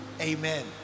Amen